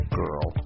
girl